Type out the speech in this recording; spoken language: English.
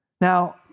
Now